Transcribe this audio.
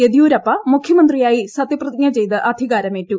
യദിയൂരപ്പ മുഖ്യമന്ത്രിയായി സത്യപ്രതിജ്ഞ ചെയ്ത് അധികാരമേറ്റു